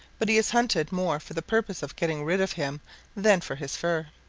but he is hunted more for the purpose of getting rid of him than for his fur.